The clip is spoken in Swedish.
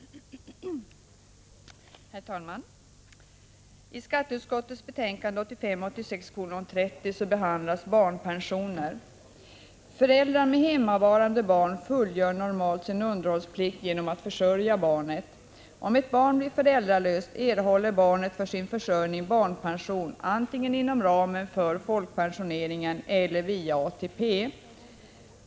Herr talman! I skatteutskottets betänkande 1985/86:30 behandlas barnpensioner. Föräldrar med hemmavarande barn fullgör normalt sin underhållsplikt genom att försörja barnet. Om ett barn blir föräldralöst erhåller barnet för sin försörjning barnpension, antingen inom ramen för folkpensioneringen eller via ATP.